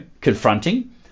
confronting